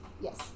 Yes